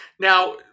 Now